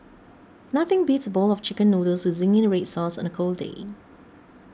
nothing beats a bowl of Chicken Noodles with Zingy Red Sauce on the cold day